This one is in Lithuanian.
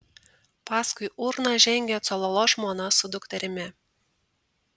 paskui urną žengė cololo žmona su dukterimi